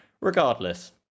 Regardless